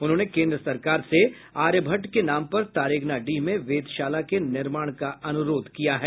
उन्होंने केन्द्र सरकार से आर्यभट्ट के नाम पर तारेगनाडीह में वेदशाला के निर्माण का अनुरोध किया है